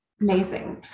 Amazing